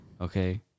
Okay